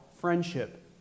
friendship